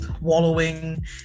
wallowing